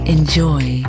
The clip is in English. Enjoy